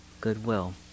goodwill